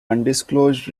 undisclosed